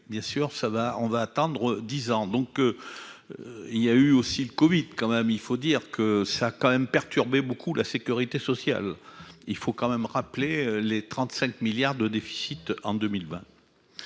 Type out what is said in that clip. bien sûr ça va on va attendre dix ans, donc il y a eu aussi le Covid quand même, il faut dire que ça quand même perturber beaucoup, la sécurité sociale, il faut quand même rappeler les 35 milliards de déficit en 2020,